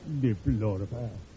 Deplorable